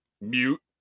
mute